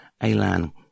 Alan